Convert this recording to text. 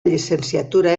llicenciatura